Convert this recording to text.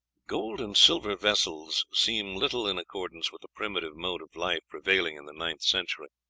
gold and silver vessels seem little in accordance with the primitive mode of life prevailing in the ninth century.